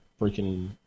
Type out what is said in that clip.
freaking